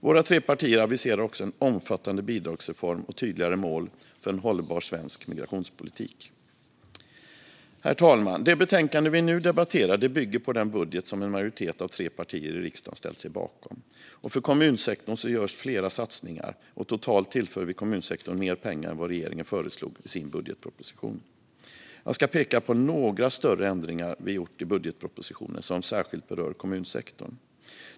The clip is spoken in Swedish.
Våra tre partier aviserar också en omfattande bidragsreform och tydligare mål för en hållbar svensk migrationspolitik. Herr talman! Det betänkande vi nu debatterar bygger på den budget som en majoritet av tre partier i riksdagen ställt sig bakom. För kommunsektorn görs flera satsningar, och totalt tillför vi kommunsektorn mer pengar än vad regeringen föreslog i sin budgetproposition. Jag ska nu peka på några större ändringar som vi gjort i budgetpropositionen som särskilt berör kommunsektorn.